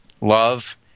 love